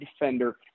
defender